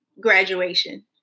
graduation